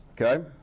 okay